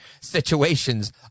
situations